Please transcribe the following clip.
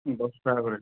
দশ টাকা করে